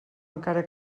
encara